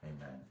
Amen